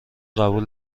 قبول